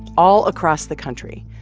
all across the country,